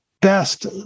best